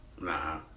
Nah